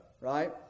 Right